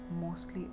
mostly